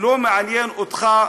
לא מעניין אותך,